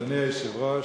אדוני היושב-ראש,